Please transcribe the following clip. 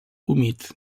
humit